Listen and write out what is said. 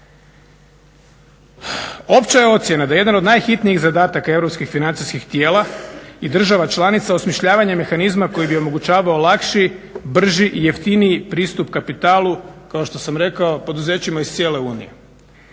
Opća je ocjena da jedan od najhitnijih zadataka europskih financijskih tijela i država članica osmišljavanje mehanizma koji bi omogućavao lakši, brži i jeftiniji pristup kapitalu kao što sam rekao poduzećima iz cijele Unije.